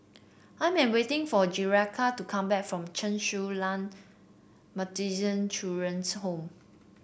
I am waiting for Jerica to come back from Chen Su Lan Children's Home